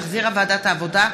שהחזירה ועדת העבודה,